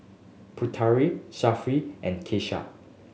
Putera Safiya and Kasih